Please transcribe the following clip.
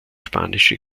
spanische